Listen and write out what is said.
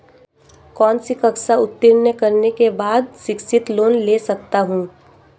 कौनसी कक्षा उत्तीर्ण करने के बाद शिक्षित लोंन ले सकता हूं?